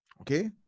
Okay